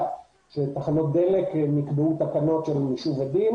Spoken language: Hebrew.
שנקבעו תחנות דלק.